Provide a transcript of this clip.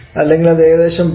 അല്ലെങ്കിൽ അത് ഏകദേശം 0